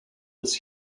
this